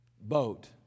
boat